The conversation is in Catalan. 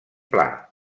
pla